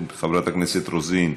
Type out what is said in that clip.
חברת הכנסת רוזין,